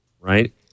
Right